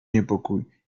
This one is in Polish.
niepokój